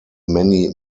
many